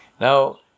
Now